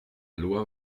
loi